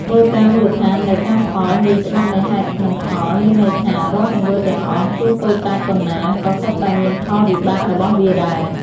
គោលការណ៍មូលដ្ឋាននៃ កម្មផល ឬ ច្បាប់នៃហេតុនិងផល មានន័យថា រាល់ទង្វើទាំងអស់ ទោះតូចតាចប៉ុនណា ក៏សុទ្ធតែមានផលវិបាករបស់វាដែរ។